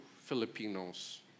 Filipinos